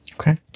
Okay